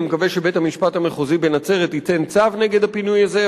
אני מקווה שבית-המשפט המחוזי בנצרת ייתן צו נגד הפינוי הזה.